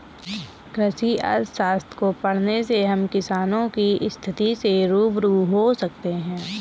कृषि अर्थशास्त्र को पढ़ने से हम किसानों की स्थिति से रूबरू हो सकते हैं